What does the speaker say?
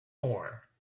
more